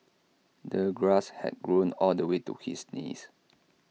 the grass had grown all the way to his knees